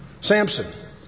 Samson